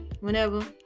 whenever